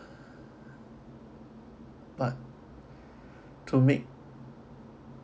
but to make